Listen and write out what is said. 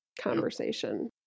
conversation